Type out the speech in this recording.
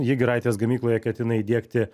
ji giraitės gamykloje ketina įdiegti